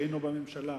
היינו בממשלה,